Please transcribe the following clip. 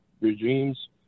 regimes